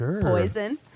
poison